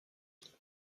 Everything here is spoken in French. unis